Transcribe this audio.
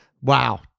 wow